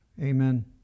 Amen